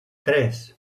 tres